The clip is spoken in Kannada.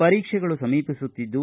ಪರೀಕ್ಷೆಗಳು ಸಮೀಪಿಸುತ್ತಿದ್ದು